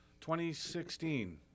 2016